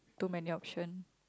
too many option